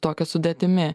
tokia sudėtimi